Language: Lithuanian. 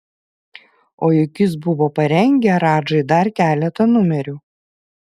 o juk jis buvo parengę radžai dar keletą numerių